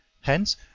Hence